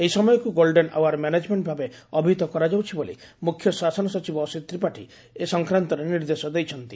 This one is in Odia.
ଏହି ସମୟକୁ ଗୋଲଡେନ ଆଓ୍ୱାର ମ୍ୟାନେଜମେକ୍କ ଭାବେ ଅଭିହିତ କରାଯାଉଛି ବୋଲି ମୁଖ୍ୟ ଶାସନ ସଚିବ ଅସିତ୍ ତ୍ରିପାଠୀ ଏ ସଂକ୍ରାନ୍ତରେ ନିର୍ଦ୍ଦେଶ ଦେଇଛନ୍ତି